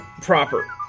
proper